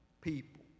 people